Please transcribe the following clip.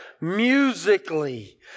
musically